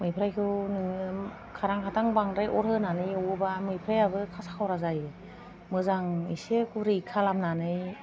मैफ्रायखौ नोङो खारां खाथां बांद्राय अर होनानै एवोबा मैफ्रायाबो खासा खावरा जायो मोजां एसे गुरै खालामनानै